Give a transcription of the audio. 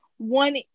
one